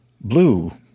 Blue